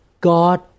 God